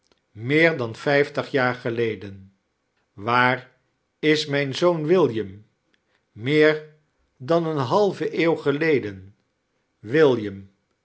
rneer dan vijftig jaar geleden waar is mijn zoon william meer dan eene naive eeuw geleden william